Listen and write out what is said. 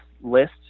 list